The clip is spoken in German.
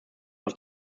auf